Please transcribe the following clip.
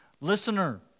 Listener